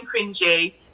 cringy